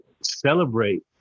celebrate